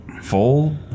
Full